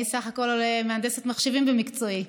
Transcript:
אני בסך הכול מהנדסת מחשבים במקצועי,